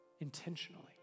intentionally